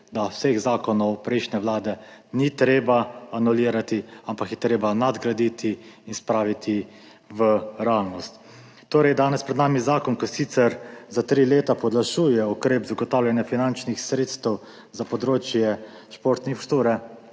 da vseh zakonov prejšnje vlade ni treba anulirati, ampak jih je treba nadgraditi in spraviti v realnost. Torej, danes je pred nami zakon, ki sicer za tri leta podaljšuje ukrep zagotavljanja finančnih sredstev za področje športne